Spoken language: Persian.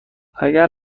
اگر